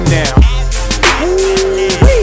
now